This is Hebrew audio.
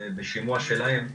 בשימוע שלהם,